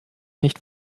nicht